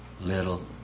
Little